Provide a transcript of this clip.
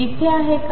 इथे आहे का